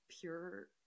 pure